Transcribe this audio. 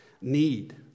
need